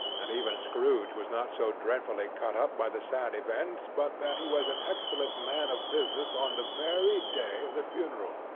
and even scrooge was not so dreadfully cut up by the sad event, but that he was an excellent man of business on the very day of the funeral,